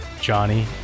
Johnny